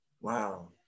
Wow